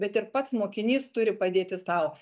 bet ir pats mokinys turi padėti sau